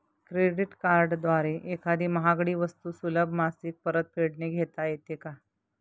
Credit कार्डद्वारे एखादी महागडी वस्तू सुलभ मासिक परतफेडने घेता येते का?